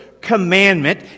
commandment